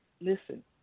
listen